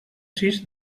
sis